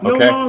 Okay